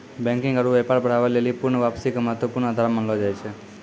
banking आरु व्यापार बढ़ाबै लेली पूर्ण वापसी के महत्वपूर्ण आधार मानलो जाय छै